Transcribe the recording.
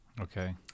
Okay